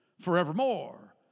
forevermore